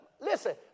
Listen